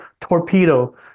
torpedo